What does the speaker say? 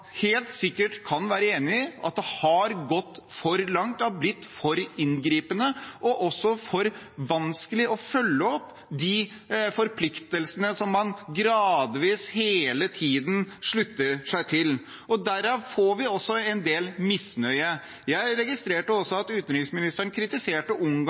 helt sikkert kan være enig i har gått for langt, blitt for inngripende, og at det har blitt for vanskelig å følge opp de forpliktelsene man gradvis hele tiden slutter seg til. Derav får vi også en del misnøye. Jeg registrerte at utenriksministeren kritiserte